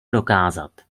dokázat